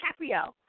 Caprio